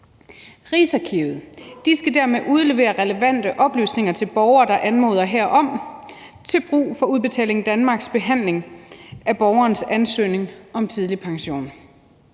Rigsarkivet skal dermed udlevere relevante oplysninger til borgere, der anmoder herom, til brug for Udbetaling Danmarks behandling af borgerens ansøgning om tidlig pension.